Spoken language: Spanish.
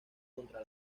contra